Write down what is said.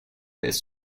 this